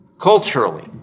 Culturally